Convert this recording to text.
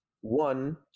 One